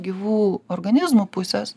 gyvų organizmų pusės